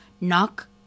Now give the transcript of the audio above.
Knock